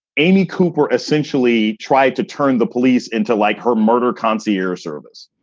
amy cooper essentially tried to turn the police into like her murder concierge service.